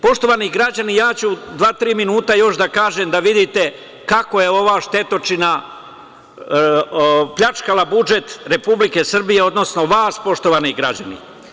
Poštovani građani, ja ću dva, tri minuta još da kažem, da vidite kako je ova štetočina pljačkala budžet Republike Srbije, odnosno vas, poštovani građani.